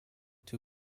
two